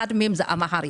אחת מהן אמהרית.